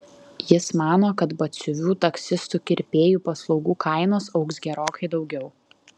jis mano kad batsiuvių taksistų kirpėjų paslaugų kainos augs gerokai daugiau